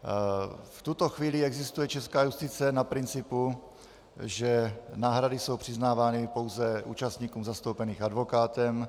V tuto chvíli existuje česká justice na principu, že náhrady jsou přiznávány pouze účastníkům zastoupeným advokátem.